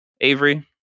Avery